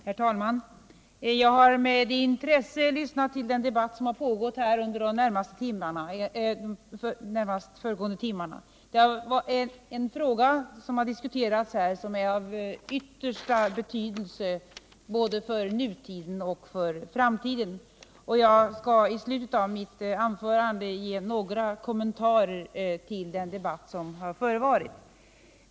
Herr talman! Jag har med intresse lyssnat till den debatt som pågått under de närmast föregående timmarna. Den fråga som diskuterats här är av yttersta betydelse både för nutiden och framtiden. Jag skall i slutet av mitt anförande göra några kommentarer till den debatt som förevarit.